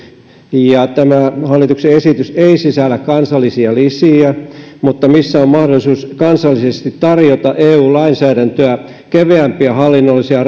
tämä hallituksen esitys ei sisällä kansallisia lisiä mutta missä on mahdollisuus kansallisesti tarjota eu lainsäädäntöä keveämpiä hallinnollisia